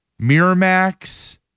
Miramax